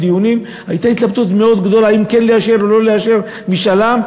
והייתה התלבטות מאוד גדולה אם כן לאשר או לא לאשר משאל עם,